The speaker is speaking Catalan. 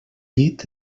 llit